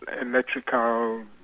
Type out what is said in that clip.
electrical